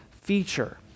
feature